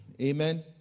Amen